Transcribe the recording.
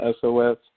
SOS